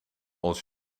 als